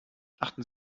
achten